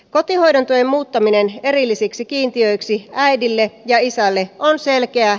kotihoidon tuen muuttaminen erilliseksi kiintiöksi haitille ja isälle on selkeä